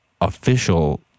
official